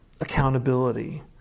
accountability